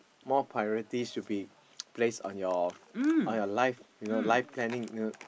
more priority should be placed on your on your life you know life planning you know